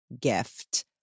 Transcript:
gift